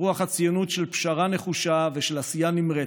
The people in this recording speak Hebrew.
ברוח הציונות של פשרה נחושה ושל עשייה נמרצת,